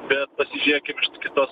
bet pasižėkim kitos